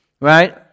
right